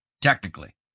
technically